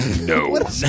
No